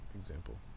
example